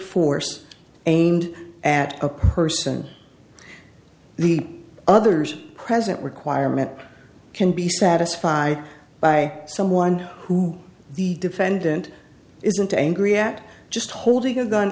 force aimed at a person the others present requirement can be satisfied by someone who the defendant isn't angry at just holding a gun